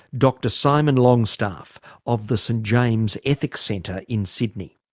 dr simon longstaff of the st james' ethics centre in sydney.